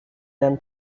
them